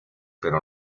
pero